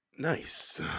Nice